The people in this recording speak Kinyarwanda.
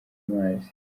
amazi